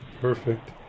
Perfect